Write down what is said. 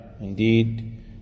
Indeed